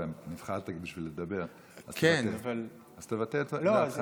התחלת כדי לדבר, אז תבטא את דעתך.